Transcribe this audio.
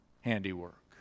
handiwork